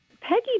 Peggy